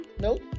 nope